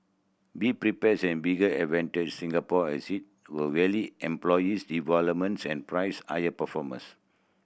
be prepares an bigger advantage Singapore has it will employees developments and price air performance